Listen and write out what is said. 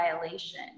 violation